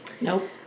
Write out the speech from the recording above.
Nope